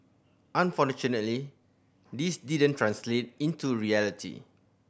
unfortunately this didn't translate into reality